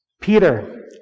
Peter